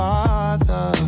Father